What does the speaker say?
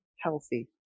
healthy